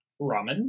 ramen